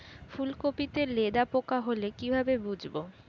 ফুলকপিতে লেদা পোকা হলে কি ভাবে বুঝবো?